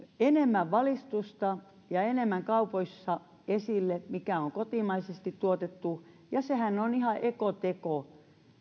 enemmän valistusta ja enemmän kaupoissa esille se mikä on kotimaisesti tuotettu sehän on ihan ekoteko